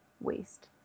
waste